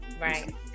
Right